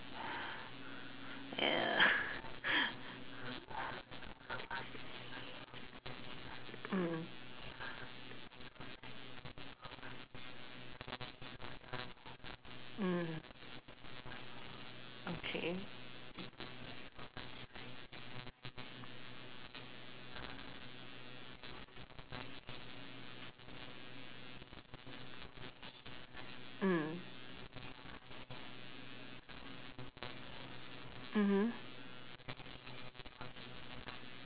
mm mm okay mm mmhmm